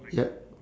yup